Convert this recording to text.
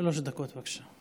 שלוש דקות, בבקשה.